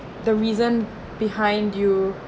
the reason behind you